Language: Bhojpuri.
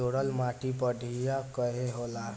जलोड़ माटी बढ़िया काहे होला?